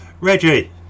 Reggie